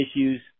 issues